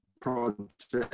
project